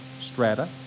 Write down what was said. strata